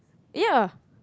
ya